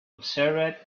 observed